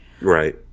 Right